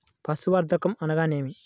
పశుసంవర్ధకం అనగా ఏమి?